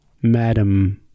Madam